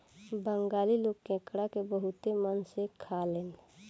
बंगाली लोग केकड़ा के बहुते मन से खालेन